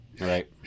Right